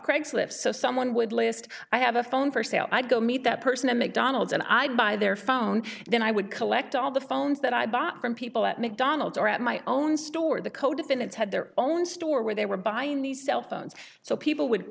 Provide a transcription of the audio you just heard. craigslist so someone would list i have a phone for sale i go meet that person at mcdonald's and i buy their phone then i would collect all the phones that i bought from people at mcdonald's or at my own store the co defendants had their own store where they were buying the cell phones so people would